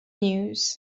news